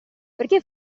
perché